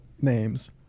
Names